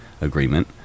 agreement